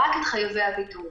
רק את חייבי הבידוד.